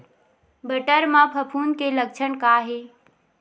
बटर म फफूंद के लक्षण का हे?